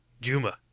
Juma